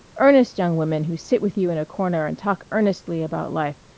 earnest young women who sit with you in a corner and talk earnestly about life.